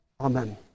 Amen